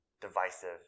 divisive